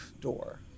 door